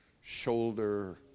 shoulder